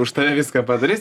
už tave viską padarys